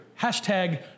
hashtag